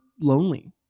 lonely